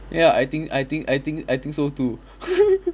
ya I think I think I think I think so too